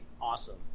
awesome